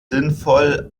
sinnvoll